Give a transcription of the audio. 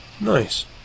Nice